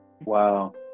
wow